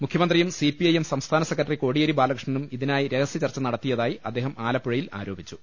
മുഖ്യമന്ത്രിയും സിപിഐഎം സംസ്ഥാന സെക്രട്ടറി കോടിയേരി ബാലകൃഷ്ണനും ഇതിനായി രഹസ്യ ചർച്ച നടത്തിയതായി അദ്ദേഹം ആലപ്പുഴയിൽ ആരോ പിച്ചു